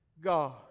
God